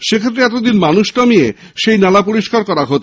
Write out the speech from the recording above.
সেক্ষেত্রে এতদিন মানুষ নামিয়ে নালা পরিষ্কার করা হত